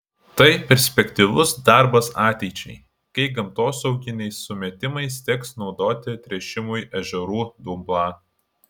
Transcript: tai perspektyvus darbas ateičiai kai gamtosauginiais sumetimais teks naudoti tręšimui ežerų dumblą